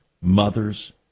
mothers